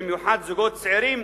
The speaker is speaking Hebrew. במיוחד זוגות צעירים,